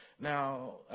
Now